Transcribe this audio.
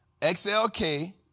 XLK